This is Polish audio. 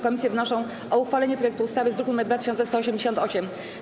Komisje wnoszą o uchwalenie projektu ustawy z druku nr 2188.